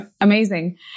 amazing